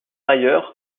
ailleurs